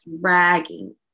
dragging